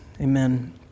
Amen